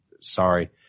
sorry